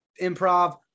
improv